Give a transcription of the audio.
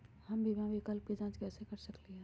हम बीमा विकल्प के जाँच कैसे कर सकली ह?